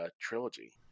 trilogy